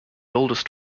oldest